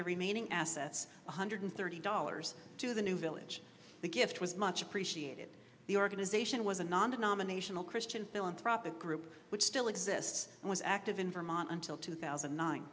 their remaining assets one hundred thirty dollars to the new village the gift was much appreciated the organization was a nondenominational christian philanthropic group which still exists and was active in vermont until two thousand